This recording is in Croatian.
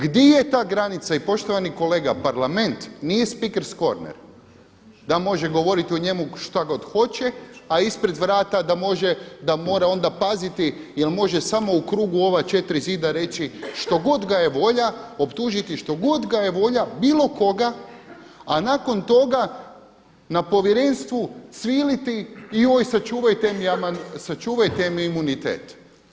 Gdje je ta granica i poštovani kolega Parlament nije speakers corner da može govoriti o njemu šta god hoće, a ispred vrata da može, da mora onda paziti jel' može samo u krugu ova četiri zida reći što god ga je volja, optužiti što god ga je volja bilo koga, a nakon toga na povjerenstvu cviliti joj sačuvajte mi imunitet.